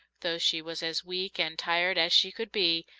though she was as weak and tired as she could be,